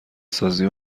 سازی